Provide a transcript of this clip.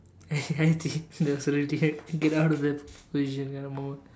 that was really a get out of that position kind of moment